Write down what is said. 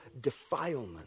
defilement